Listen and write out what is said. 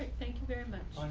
like thank you very much.